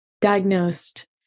diagnosed